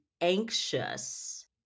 anxious